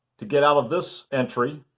to get out of this entry,